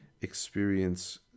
experience